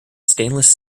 stainless